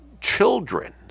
children